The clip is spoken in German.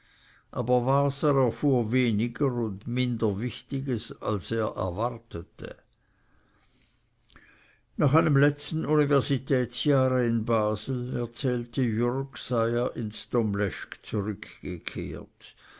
aber waser erfuhr weniger und minder wichtiges als er erwartete nach einem letzten universitätsjahre in basel erzählte jürg sei er ins domleschg zurückgekehrt